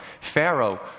Pharaoh